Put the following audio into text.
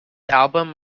album